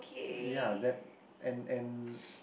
ya that and and